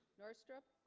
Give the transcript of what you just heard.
north strip